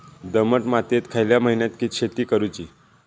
दमट मातयेत खयल्या महिन्यात शेती करुची?